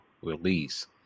release